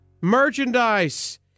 Merchandise